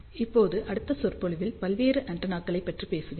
இப்போது அடுத்த சொற்பொழிவில் பல்வேறு ஆண்டெனாக்களைப் பற்றி பேசுவேன்